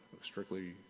strictly